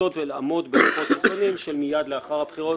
לנסות ולעמוד בלוחות הזמנים של מיד לאחר הבחירות,